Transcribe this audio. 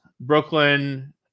Brooklyn